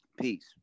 Peace